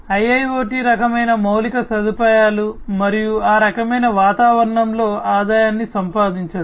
IIoT రకమైన మౌలిక సదుపాయాలు మరియు ఆ రకమైన వాతావరణంలో ఆదాయాన్ని సంపాదించడం